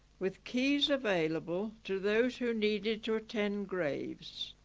with keys available to those who needed to attend graves